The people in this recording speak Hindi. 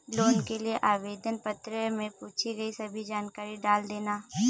लोन के लिए आवेदन पत्र में पूछी गई सभी जानकारी डाल देना